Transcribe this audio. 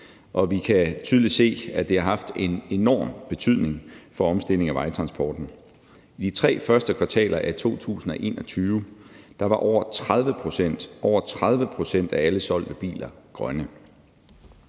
vi kan tydeligt se, at det har haft en enorm betydning for omstilling af vejtransporten. I de tre første kvartaler af 2021 var over 30 pct. – over 30 pct. – af alle solgte biler grønne.